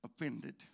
offended